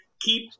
Keep